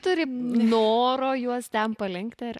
turi noro juos ten palenkti ar